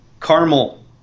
caramel